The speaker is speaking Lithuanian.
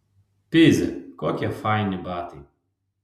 pizė kokie faini batai